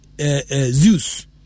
Zeus